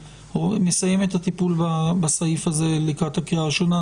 נסיים את הטיפול בסעיף הזה לקראת הקריאה הראשונה,